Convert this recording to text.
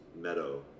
Meadow